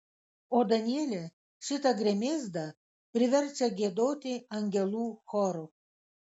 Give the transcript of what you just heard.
o danielė šitą gremėzdą priverčia giedoti angelų choru